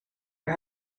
are